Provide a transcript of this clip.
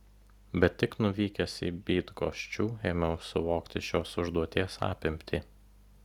bet tik nuvykęs į bydgoščių ėmiau suvokti šios užduoties apimtį